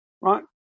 right